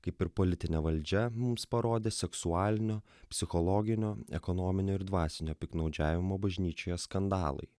kaip ir politinė valdžia mums parodė seksualinio psichologinio ekonominio ir dvasinio piktnaudžiavimo bažnyčioje skandalai